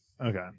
Okay